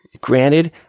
Granted